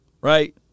right